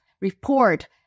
report